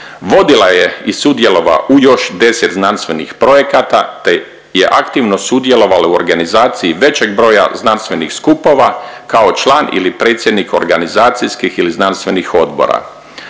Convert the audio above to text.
vodila je i sudjelovala u još deset znanstvenih projekata te je aktivno sudjelovala u organizaciji većeg broja znanstvenih skupova kao član ili predsjednik organizacijskih ili znanstvenih odbora.